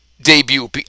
debut